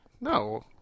No